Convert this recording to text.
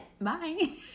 bye